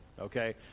okay